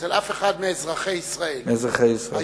אצל אף אחד מאזרחי ישראל, מאזרחי ישראל.